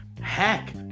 heck